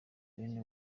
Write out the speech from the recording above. bene